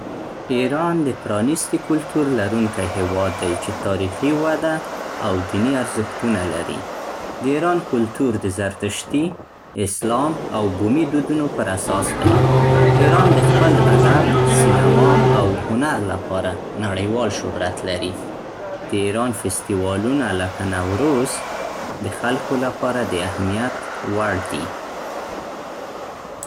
ایران د پرانیستي کلتور لرونکی هېواد دی چې تاریخي وده او دیني ارزښتونه لري. د ایران کلتور د زردشتي، اسلام او بومي دودونو پراساس دی. ایران د خپل ادب، سینما او هنر لپاره نړیوال شهرت لري. د ایران فستیوالونه لکه نوروز د خلکو لپاره د اهمیت وړ دي.